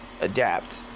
adapt